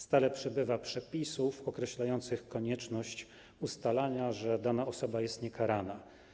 Stale przybywa przepisów określających konieczność ustalania, że dana osoba jest niekarana.